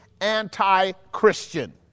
anti-Christian